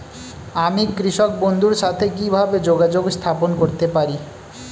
আমি কৃষক বন্ধুর সাথে কিভাবে যোগাযোগ স্থাপন করতে পারি?